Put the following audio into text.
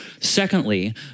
Secondly